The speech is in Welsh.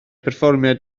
perfformiad